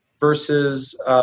versus –